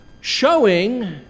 showing